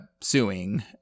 suing